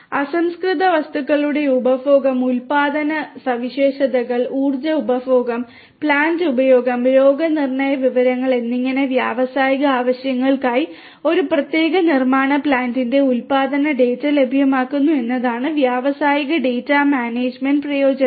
അസംസ്കൃത വസ്തുക്കളുടെ ഉപഭോഗം ഉൽപാദന സവിശേഷതകൾ ഉർജ്ജ ഉപഭോഗം പ്ലാന്റ് ഉപയോഗം രോഗനിർണയ വിവരങ്ങൾ എന്നിങ്ങനെ വ്യാവസായിക ആവശ്യങ്ങൾക്കായി ഒരു പ്രത്യേക നിർമ്മാണ പ്ലാന്റിന്റെ ഉൽപാദന ഡാറ്റ ലഭ്യമാക്കുന്നു എന്നതാണ് വ്യാവസായിക ഡാറ്റ മാനേജ്മെന്റിന്റെ പ്രയോജനങ്ങൾ